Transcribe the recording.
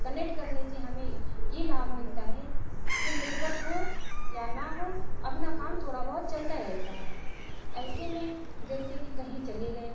Kinnaird करने से हमें ये लाभ मिलता है कि नेटवर्क हो या न हो अपना काम थोड़ा बहुत चलता रहता है ऐसे में जैसे कि कहीं चले गए